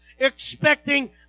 expecting